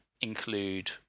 include